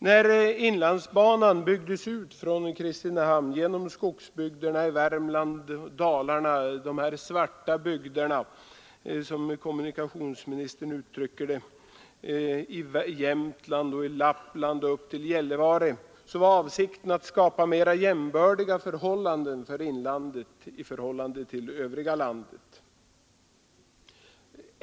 När inlandsbanan utbyggdes från Kristinehamn genom skogsbygderna i Värmland och Dalarna — de här svarta bygderna, som kommunikationsministern uttryckte det — samt genom Jämtland och Lappland upp till Gällivare, var avsikten att skapa mera jämbördiga förhållanden mellan inlandet och det övriga landet.